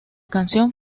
canción